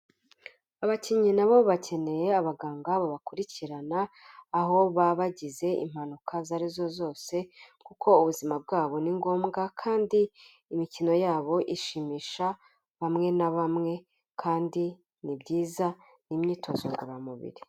Abakinnyi na bo bakeneye abaganga babakurikirana, aho baba bagize impanuka izo ari zo zose kuko ubuzima bwabo ni ngombwa kandi imikino yabo ishimisha bamwe na bamwe kandi ni byiza ni imyitozo ngororamubiri.